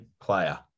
player